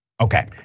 Okay